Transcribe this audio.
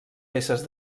peces